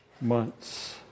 months